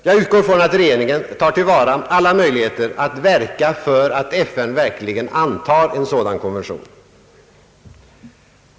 Jag utgår från att regeringen tar till vara alla möjligheter att verka för att FN verkligen antar en sådan konvention.